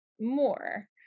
more